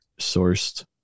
sourced